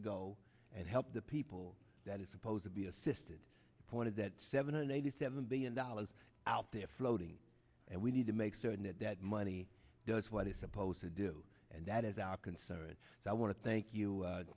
to go and help the people that is supposed to be assisted pointed that seven hundred eighty seven billion dollars out there floating and we need to make certain that that money does what it's supposed to do and that is our concert i want to thank you